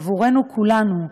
עבורנו כולנו,